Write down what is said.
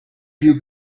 you